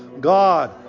God